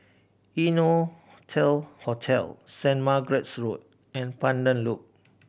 Innotel Hotel Saint Margaret's Road and Pandan Loop